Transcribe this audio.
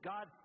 God